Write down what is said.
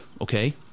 okay